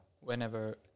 Whenever